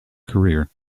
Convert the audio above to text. career